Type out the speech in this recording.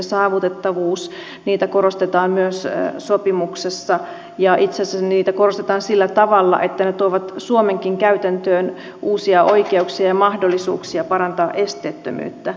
esteettömyyttä ja saavutettavuutta korostetaan myös sopimuksessa ja itse asiassa niitä korostetaan sillä tavalla että ne tuovat suomenkin käytäntöön uusia oikeuksia ja mahdollisuuksia parantaa esteettömyyttä